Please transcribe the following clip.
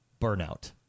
burnout